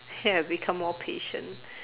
ya I become more patient